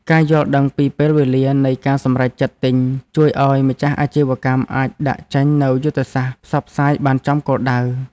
ការយល់ដឹងពីពេលវេលានៃការសម្រេចចិត្តទិញជួយឱ្យម្ចាស់អាជីវកម្មអាចដាក់ចេញនូវយុទ្ធសាស្ត្រផ្សព្វផ្សាយបានចំគោលដៅ។